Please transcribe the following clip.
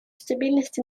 стабильности